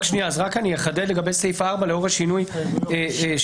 אני אחדד לגבי סעיף 4, לאור השינוי שהוצע.